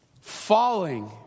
falling